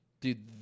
Dude